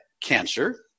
cancer